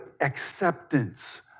acceptance